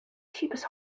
cheapest